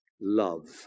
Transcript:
love